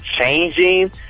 changing